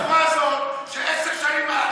בצורה הזאת שעשר שנים הנושא של הקשישים,